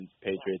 Patriots